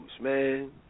man